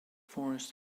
forest